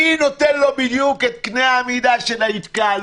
מי נותן לו בדיוק את קנה המידה של ההתקהלות,